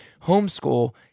homeschool